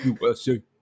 USA